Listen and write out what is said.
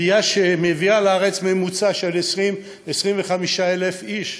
עלייה שמביאה לארץ בממוצע 20,000 25,000 איש,